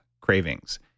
cravings